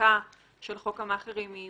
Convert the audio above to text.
חקיקת חוק המאכערים היא